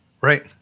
right